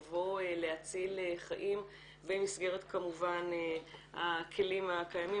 לבוא להציל חיים במסגרת כמובן הכלים הקיימים